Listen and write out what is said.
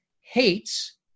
hates